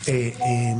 שאי-אפשר,